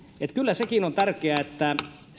että kyllä sekin on tärkeää että